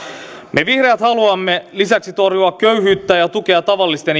me vihreät haluamme lisäksi torjua köyhyyttä ja tukea tavallisten